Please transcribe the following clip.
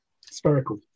Spherical